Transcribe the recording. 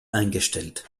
eingestellt